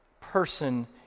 person